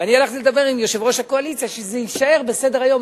ואני הלכתי לדבר עם יושב-ראש הקואליציה שזה יישאר בסדר-היום,